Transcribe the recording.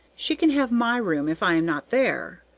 she can have my room if i am not there.